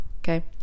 okay